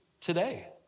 today